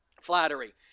Flattery